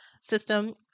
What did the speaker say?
system